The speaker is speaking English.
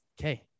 okay